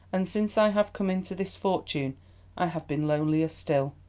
and since i have come into this fortune i have been lonelier still.